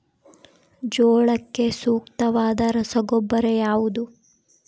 ಜೋಳಕ್ಕೆ ಸೂಕ್ತವಾದ ರಸಗೊಬ್ಬರ ಯಾವುದು?